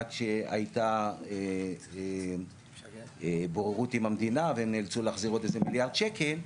עד שהייתה בוררות עם המדינה והם נאלצו להחזיר עוד איזה מיליארד שקל,